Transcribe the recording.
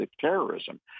terrorism